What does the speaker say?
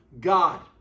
God